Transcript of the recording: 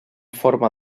forma